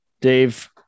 Dave